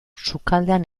sukaldean